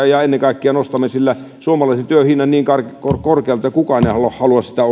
ja ennen kaikkea nostamme sillä suomalaisen työn hinnan niin korkealle ettei kukaan halua sitä ostaa